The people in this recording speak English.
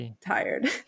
tired